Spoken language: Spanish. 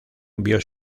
vio